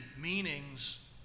meanings